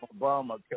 Obama